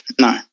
no